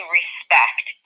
respect